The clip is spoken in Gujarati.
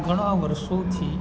ઘણા વરસોથી